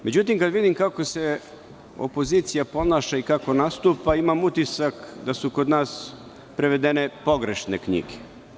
Međutim, kada vidim kako se opozicija ponaša i kako nastupa, imam utisak da su kod nas prevedene pogrešne knjige.